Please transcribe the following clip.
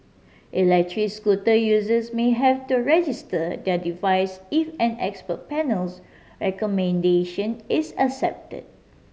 electric scooter users may have to register their devices if an expert panel's recommendation is accepted